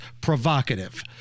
provocative